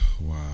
Wow